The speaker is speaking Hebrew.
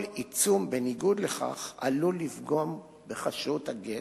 כל עיצום בניגוד לכך עלול לפגום בכשרות הגט,